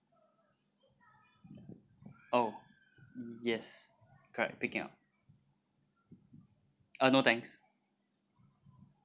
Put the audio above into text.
oh yes correct picking up uh no thanks